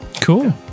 cool